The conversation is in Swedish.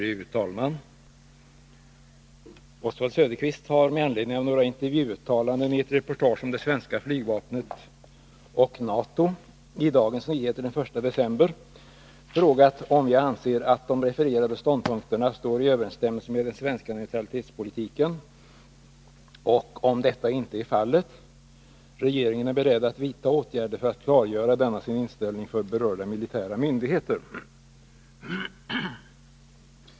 Fru talman! Oswald Söderqvist har med anledning av några intervjuuttalanden i ett reportage om det svenska flygvapnet och NATO i Dagens Nyheter den 1 december frågat om jag anser att de refererade ståndpunkterna står i överensstämmelse med den svenska neutralitetspolitiken och, om detta inte är fallet, regeringen är beredd att vidta åtgärder för att klargöra denna sin inställning för berörda militära myndigheter.